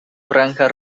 franja